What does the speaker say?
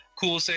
Cool